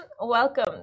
Welcome